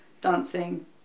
dancing